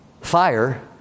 fire